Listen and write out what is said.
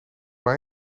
mij